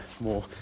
more